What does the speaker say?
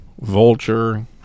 Vulture